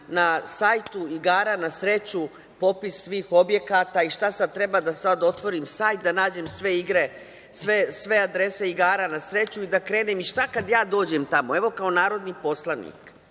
na sajtu igara na sreću popis svih objekata. Šta sad, treba sad da otvorim sajt, da nađem sve adrese igara na sreću i da krenem, i šta kad ja dođem tamo? Evo, kao narodni poslanik,